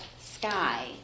sky